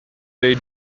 they